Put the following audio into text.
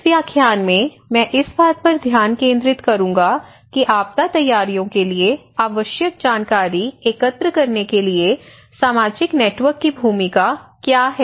इस व्याख्यान में मैं इस बात पर ध्यान केंद्रित करूंगा कि आपदा तैयारियों के लिए आवश्यक जानकारी एकत्र करने के लिए सामाजिक नेटवर्क की भूमिका क्या है